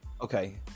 Okay